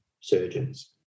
surgeons